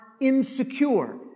insecure